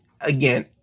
again